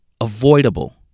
avoidable